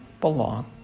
belong